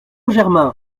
germain